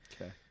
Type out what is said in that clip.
Okay